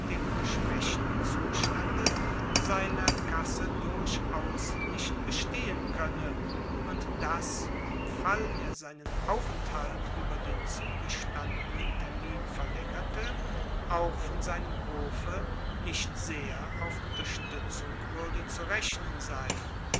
dem geschwächten zustande seiner kasse durchaus nicht bestehen könne und daß im fall er seinen aufenthalt über den zugestandenen termin verlängerte auch von seinem hofe nicht sehr auf unterstützung würde zu rechnen sein